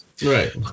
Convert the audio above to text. Right